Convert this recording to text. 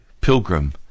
Pilgrim